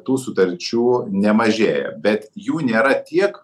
tų sutarčių nemažėja bet jų nėra tiek